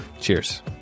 Cheers